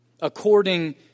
according